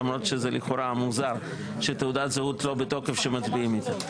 למרות שזה לכאורה מוזר שתעודת זהות לא בתוקף שמצביעים איתה.